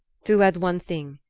to add one thing.